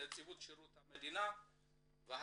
נציבות שירות המדינה והמל"ג.